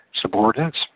subordinates